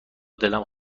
دلم